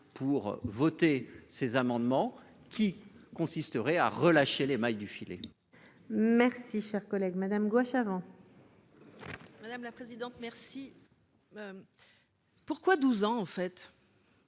pour voter ces amendements qui consisterait à relâcher les mailles du filet. Merci, cher collègue Madame Gouache avant. Madame la présidente merci pourquoi 12 ans en fait